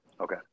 Okay